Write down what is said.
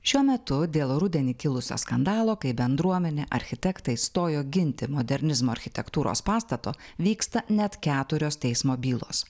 šiuo metu dėl rudenį kilusio skandalo kai bendruomenė architektai stojo ginti modernizmo architektūros pastato vyksta net keturios teismo bylos